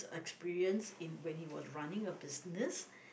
experience in when he was running a business